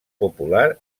popular